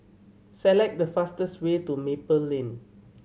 select the fastest way to Maple Lane